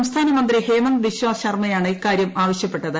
സംസ്ഥാന മന്ത്രി ഹേമന്ത് ബിശ്വാസ് ശർമ്മയാണ് ഇക്കാര്യം ആവശ്യപ്പെട്ടത്